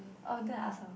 oh then I ask her